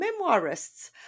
memoirists